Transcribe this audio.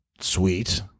sweet